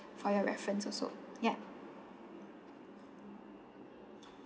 for your reference also ya